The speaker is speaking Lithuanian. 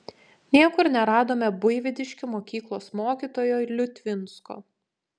niekur neradome buivydiškių mokyklos mokytojo liutvinsko